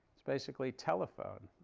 it's basically telephone,